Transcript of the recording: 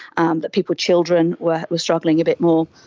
and that people, children, were were struggling a bit more,